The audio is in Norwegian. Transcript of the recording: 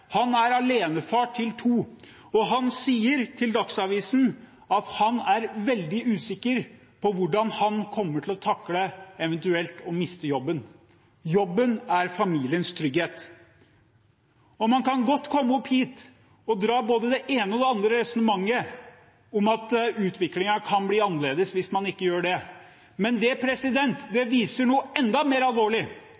Han er alenefar til to, og han sier til Dagsavisen at han er veldig usikker på hvordan han kommer til å takle eventuelt å miste jobben. Jobben er familiens trygghet. Man kan godt komme opp hit og dra både det ene og det andre resonnementet om at utviklingen kan bli annerledes hvis man ikke gjør det. Men det viser noe enda mer alvorlig. Det